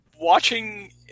Watching